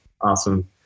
Awesome